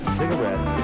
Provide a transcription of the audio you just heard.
cigarette